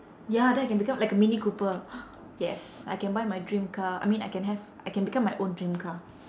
ya then I can become like a mini cooper yes I can buy my dream car I mean I can have I can become my own dream car